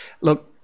Look